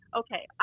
okay